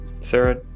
Sarah